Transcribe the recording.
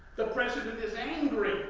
the president is angry. it